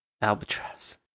Albatross